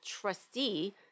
trustee